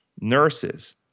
nurses